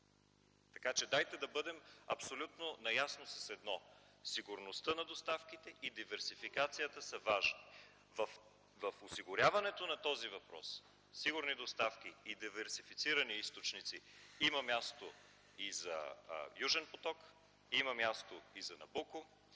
Така че дайте да бъдем абсолютно наясно с едно – сигурността на доставките и диверсификацията са важни. В осигуряването на този въпрос – сигурни доставки и диверсифицирани източници, има място и за „Южен поток”, има място и за „Набуко”,